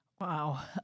Wow